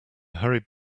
hurried